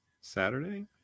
Saturday